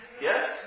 Yes